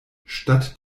statt